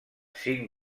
cinc